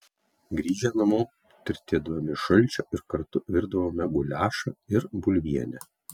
grįžę namo tirtėdavome iš šalčio ir kartu virdavome guliašą ir bulvienę